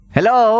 Hello